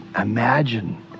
Imagine